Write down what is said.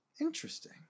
Interesting